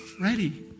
ready